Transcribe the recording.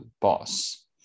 boss